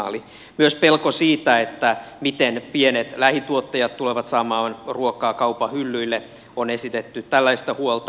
on myös pelko siitä miten pienet lähituottajat tulevat saamaan ruokaa kaupan hyllyille on esitetty tällaista huolta